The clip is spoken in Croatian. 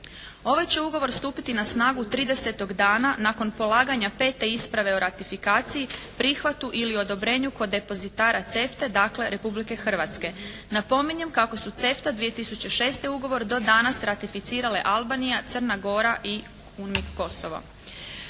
Ovaj će ugovor stupiti na snagu tridesetog dana nakon polaganja pete isprave o ratifikaciji, prihvatu ili odobrenju kod depozitara CEFTA-e dakle Republike Hrvatske. Napominjem kako su CEFTA 2006. ugovor do danas ratificirale Albanija, Crna Gora i … /Govornica